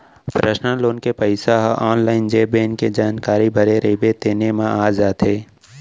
personal loan के पइसा ह आनलाइन जेन बेंक के जानकारी भरे रइबे तेने म आ जाथे